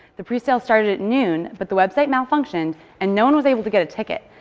the pre-sale started at noon, but the website malfunctioned and no one was able to get a ticket.